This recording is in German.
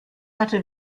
hatte